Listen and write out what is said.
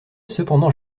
cependant